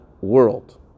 world